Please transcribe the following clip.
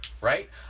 right